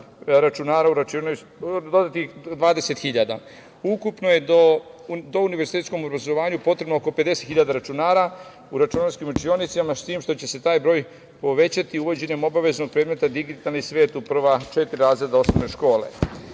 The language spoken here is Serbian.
mogućnost da nabavimo dodatnih 20.000 računara. Ukupno je univerzitetskom obrazovanju potrebno oko 50.000 računara u računarskim učionicama, s tim što će se taj broj povećati uvođenjem obavezom predmeta digitalni svet u prva četiri razreda osnovne škole. Još